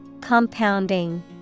Compounding